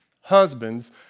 husbands